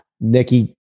Nikki